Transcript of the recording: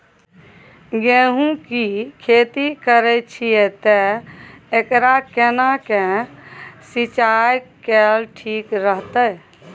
गेहूं की खेती करे छिये ते एकरा केना के सिंचाई कैल ठीक रहते?